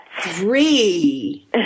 Three